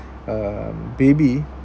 um baby